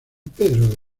pedro